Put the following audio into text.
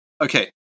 Okay